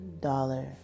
dollar